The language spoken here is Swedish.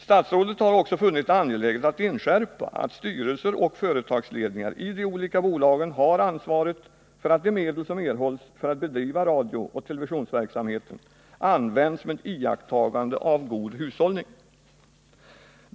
Statsrådet har också funnit det angeläget att inskärpa att styrelser 'bch företagsledningari de olika bolagen har ansvaret för att de medel som erhålls för att bedriva radiooch televisionsverksamheten används med iakttagande av god hushållning.